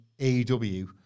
AEW